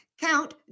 Count